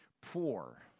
poor